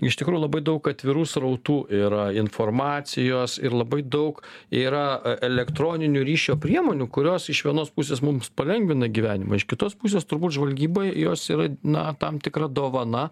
iš tikrųjų labai daug atvirų srautų yra informacijos ir labai daug yra elektroninių ryšio priemonių kurios iš vienos pusės mums palengvina gyvenimą iš kitos pusės turbūt žvalgybai jos yra na tam tikra dovana